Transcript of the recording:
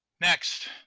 next